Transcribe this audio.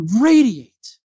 radiate